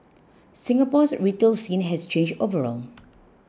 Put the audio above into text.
Singapore's retail scene has changed overall